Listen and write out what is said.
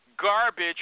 garbage